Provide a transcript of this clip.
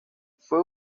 fue